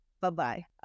Bye-bye